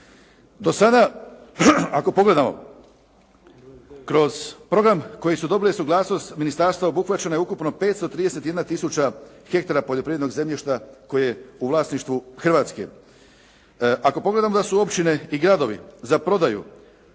Do sada ako pogledamo kroz program koji su dobili suglasnost ministarstva, obuhvaćena je ukupno 531 tisuća hektara poljoprivrednog zemljišta koje je u vlasništvu Hrvatske. Ako pogledamo da su općine i gradovi za prodaju